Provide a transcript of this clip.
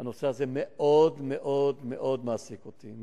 הנושא הזה מאוד-מאוד-מאוד מעסיק אותי,